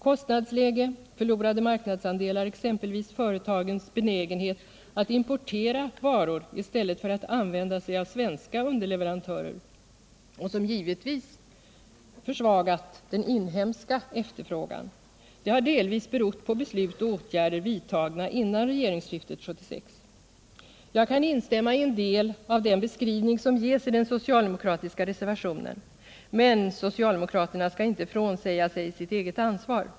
Kostnadsläget och förlorade marknadsandelar, exempelvis företagens benägenhet att importera varor i stället för att använda sig av svenska underleverantörer, vilket givetvis försvagat den inhemska efterfrågan, har delvis berott på beslut och åtgärder vidtagna före regeringsskiftet 1976. Jag kan instämma i en del av den beskrivning som ges i den socialdemokratiska reservationen, men socialdemokraterna skall inte frånsäga sig sitt eget ansvar.